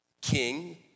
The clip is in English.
King